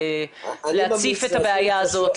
כדי להציף את הבעיה הזאת?